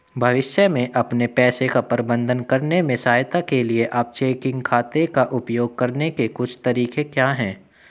भविष्य में अपने पैसे का प्रबंधन करने में सहायता के लिए आप चेकिंग खाते का उपयोग करने के कुछ तरीके क्या हैं?